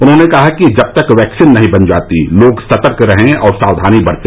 उन्होंने कहा कि जब तक वैक्सीन नहीं बन जाती है लोग सतर्क रहे और सावधानी बरते